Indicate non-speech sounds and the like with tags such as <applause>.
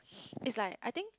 <noise> it's like I think